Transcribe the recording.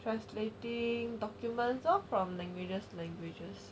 translating documents lor from languages languages